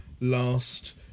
last